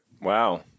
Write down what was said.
Wow